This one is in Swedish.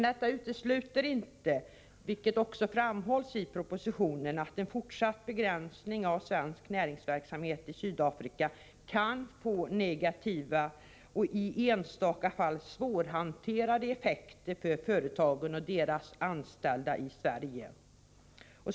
Detta utesluter inte, vilket också framhålls i propositionen, att en fortsatt begränsning av svensk näringsverksamhet i Sydafrika kan få negativa och i enstaka fall svårhanterade effekter för företagen och deras anställda i Sverige.